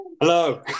hello